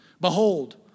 Behold